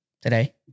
today